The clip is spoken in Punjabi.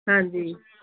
ਹਾਂਜੀ